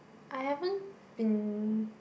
I haven't been